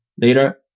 later